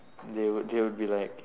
they would they would be like